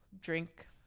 drink